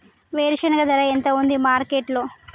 వేరుశెనగ ధర ఎంత ఉంది మార్కెట్ లో?